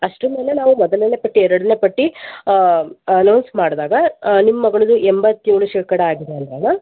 ಅಷ್ಟರ ಮೇಲೆ ನಾವು ಮೊದಲನೇ ಪಟ್ಟಿ ಎರಡನೇ ಪಟ್ಟಿ ಅನೌನ್ಸ್ ಮಾಡಿದಾಗ ಅ ನಿಮ್ಮ ಮಗಳದ್ದು ಎಂಬತ್ತೇಳು ಶೇಖಡಾ ಆಗಿದೆ ಅಲ್ಲವಾ ಮ್ಯಾಮ್